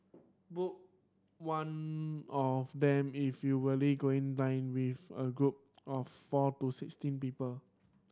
book one of them if you going dine with a group of four to sixteen people